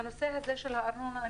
והנושא הזה של הארנונה,